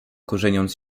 korzeniąc